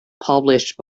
published